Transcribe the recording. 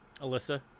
Alyssa